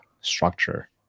structure